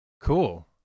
Cool